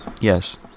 Yes